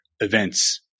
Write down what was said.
events